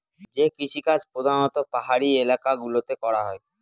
যে কৃষিকাজ প্রধানত পাহাড়ি এলাকা গুলোতে করা হয়